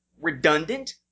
redundant